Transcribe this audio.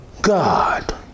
God